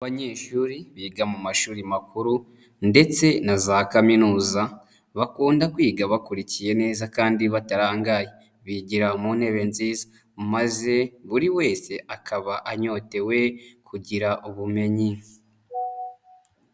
Abanyeshuri biga mu mashuri makuru ndetse na za kaminuza bakunda kwiga bakurikiye neza kandi batarangaye, bigira mu ntebe nziza maze buri wese akaba anyotewe kugira ubumenyi.